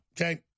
okay